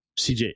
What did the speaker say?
CJ